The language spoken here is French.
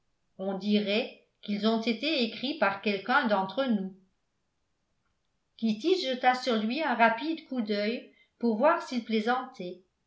on dirait qu'ils ont été écrits par quelqu'un d'entre nous kitty jeta sur lui un rapide coup d'œil pour voir s'il plaisantait